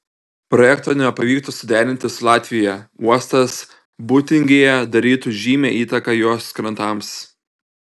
projekto nepavyktų suderinti su latvija uostas būtingėje darytų žymią įtaką jos krantams